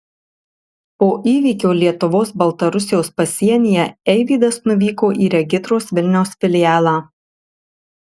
po įvykio lietuvos baltarusijos pasienyje eivydas nuvyko į regitros vilniaus filialą